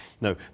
no